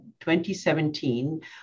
2017